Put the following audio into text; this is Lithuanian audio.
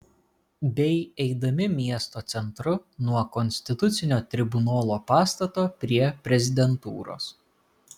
bei eidami miesto centru nuo konstitucinio tribunolo pastato prie prezidentūros